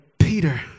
Peter